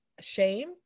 shame